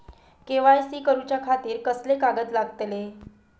KYC करूच्या खातिर कसले कागद लागतले?